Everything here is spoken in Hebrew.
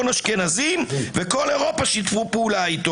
אשכנזים וכל אירופה שיתפו פעולה איתו,